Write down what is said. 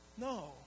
No